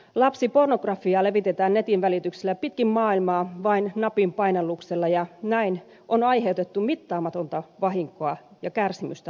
lapsipornografiaa levitetään netin välityksellä pitkin maailmaa vain napin painalluksella ja näin on aiheutettu mittaamatonta vahinkoa ja kärsimystä lapselle